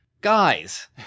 guys